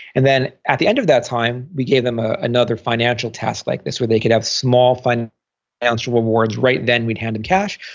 and then at the end of that time, we gave them ah another financial task like this where they could have small financial and so rewards right then, we'd hand them cash,